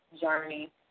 journey